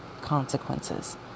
consequences